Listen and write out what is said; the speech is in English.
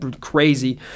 crazy